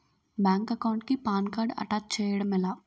Bank account కి PAN card attach చేయడం ఎలా?